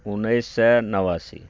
उन्नैस सए नवासी